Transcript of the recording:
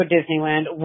Disneyland